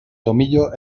tomillo